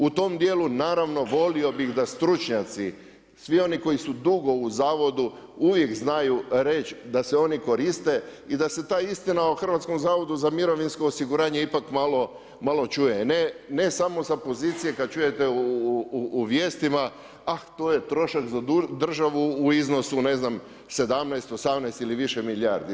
U tom dijelu naravno volio bih da stručnjaci, svi oni koji su dugo u zavodu uvijek znaju reći da se oni koriste i da se ta istina o Hrvatskom zavodu za mirovinsko osiguranje ipak malo čuje ne samo sa pozicije kad čujete u vijestima ah to je trošak za državu u iznosu ne znam 17, 18 ili više milijardi.